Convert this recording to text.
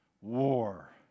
war